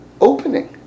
opening